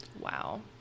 wow